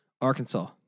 Arkansas